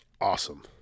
Awesome